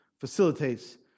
facilitates